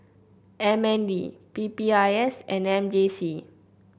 M N D P P I S and M J C